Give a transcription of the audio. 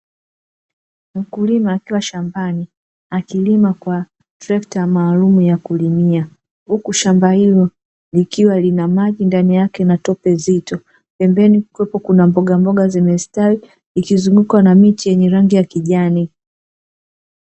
Mkulima akiwa shambani akilima kwa trekta maalum ya kulimia, huku shamba hilo likiwa lina maji ndani yake na tope zito. Pembeni kukiwepo kuna mbogamboga zimestawi ikizungukwa na miche yenye rangi ya kijani.